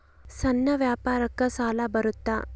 ಸಣ್ಣ ವ್ಯಾಪಾರಕ್ಕ ಸಾಲ ಬರುತ್ತಾ?